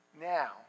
now